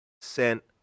sent